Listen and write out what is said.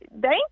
thank